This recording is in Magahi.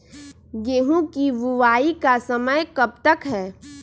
गेंहू की बुवाई का समय कब तक है?